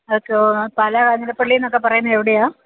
അതൊക്കെ പാലാ കാഞ്ഞിരപ്പള്ളി എന്നൊക്കെ പറയുന്നത് എവിടെയാണ്